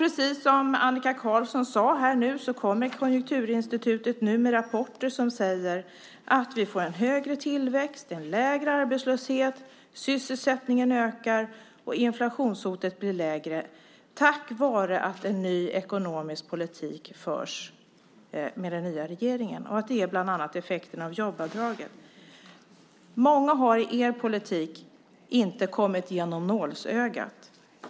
Precis som Annika Qarlsson sade kommer Konjunkturinstitutet nu med rapporter där det sägs att vi får en högre tillväxt, en lägre arbetslöshet och en ökad sysselsättning och att inflationshotet blir mindre tack vare att en ny ekonomisk politik förs av den nya regeringen. Och det är bland annat effekten av jobbavdraget. Många människor har med er politik inte kommit igenom nålsögat.